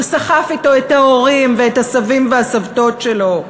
והוא סחף אתו את ההורים ואת הסבים והסבתות שלו.